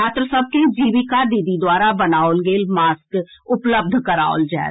छात्र सभ के जीविका दीदी द्वारा बनाओल गेल मास्क उपलब्ध कराओल जाएत